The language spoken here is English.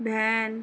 van